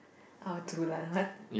I will dulan [one]